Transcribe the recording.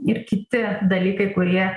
ir kiti dalykai kurie